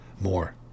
more